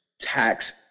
tax